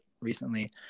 recently